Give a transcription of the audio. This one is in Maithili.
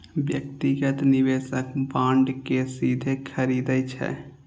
व्यक्तिगत निवेशक बांड कें सीधे खरीदै छै